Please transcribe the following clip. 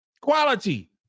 quality